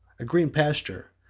a green pasture,